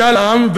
משאל עם,